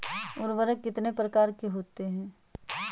उर्वरक कितनी प्रकार के होते हैं?